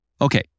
okay